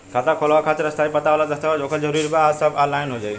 खाता खोलवावे खातिर स्थायी पता वाला दस्तावेज़ होखल जरूरी बा आ सब ऑनलाइन हो जाई?